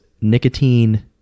Nicotine